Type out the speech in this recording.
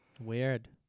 weird